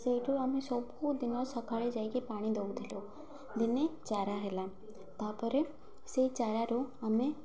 ସେଇଠୁ ଆମେ ସବୁଦିନ ସକାଳେ ଯାଇକି ପାଣି ଦେଉଥିଲୁ ଦିନେ ଚାରା ହେଲା ତା'ପରେ ସେଇ ଚାରାରୁ ଆମେ